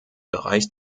bereich